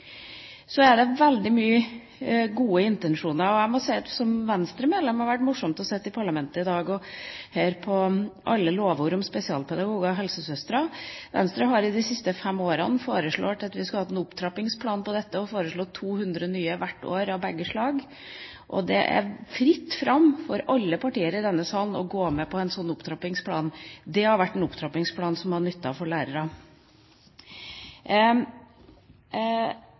er veldig mange gode intensjoner. Jeg må si at som Venstre-medlem har det vært morsomt å sitte i parlamentet i dag og høre på alle lovord om spesialpedagoger og helsesøstre. Venstre har i de siste fem årene foreslått å ha en opptrappingsplan for dette, og vi har foreslått 200 nye hvert år av begge slag. Og det er fritt fram for alle partier i denne salen å gå med på en slik opptrappingsplan. Det ville vært en opptrappingsplan som hadde nyttet for lærere!